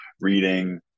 reading